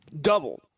double